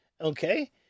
okay